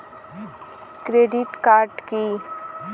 Credit card key?